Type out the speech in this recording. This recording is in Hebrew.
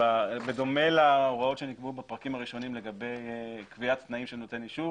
בדומה להוראות שנקבעו בפרקים הראשונים לגבי קביעת תנאים של נותן אישור,